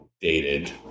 dated